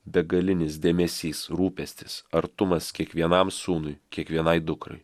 begalinis dėmesys rūpestis artumas kiekvienam sūnui kiekvienai dukrai